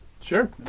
Sure